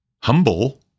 humble